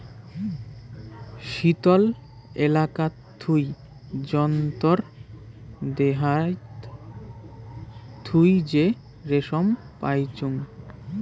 শীতল এলাকাত থুই জন্তুর দেহাত থুই যে রেশম পাইচুঙ